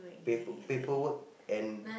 paper paperwork and